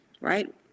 right